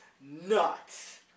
nuts